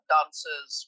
Dancers